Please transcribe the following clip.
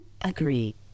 Agree